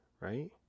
right